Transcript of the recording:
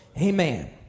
Amen